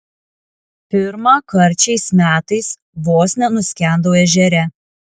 pirmąkart šiais metais vos nenuskendau ežere